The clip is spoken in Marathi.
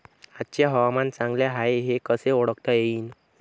आजचे हवामान चांगले हाये हे कसे ओळखता येईन?